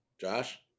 Josh